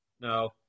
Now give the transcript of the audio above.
No